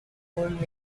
pulled